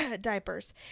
diapers